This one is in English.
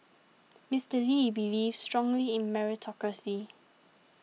Mister Lee believed strongly in meritocracy